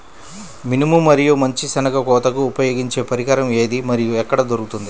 మినుము మరియు మంచి శెనగ కోతకు ఉపయోగించే పరికరం ఏది మరియు ఎక్కడ దొరుకుతుంది?